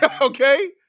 okay